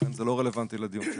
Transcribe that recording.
לכן זה לא רלוונטי לדיון שלנו.